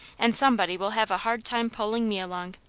and some body will have a hard time pulling me along.